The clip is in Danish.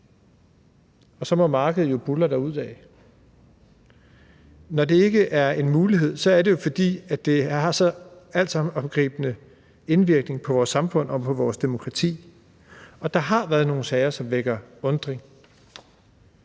og så må markedet jo buldre derudad. Når det ikke er en mulighed, er det jo, fordi det har en så omsiggribende indvirkning på vores samfund og på vores demokrati, og der har været nogle sager, som vækker undren.